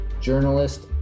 journalist